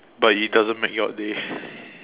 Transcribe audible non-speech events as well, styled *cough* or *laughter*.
but he doesn't make your day *laughs*